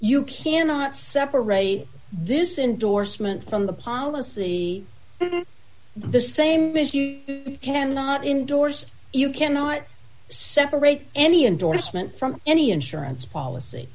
you cannot separate this endorsement from the policy the same can not indorse you cannot separate any endorsement from any insurance policy